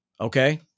Okay